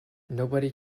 nobody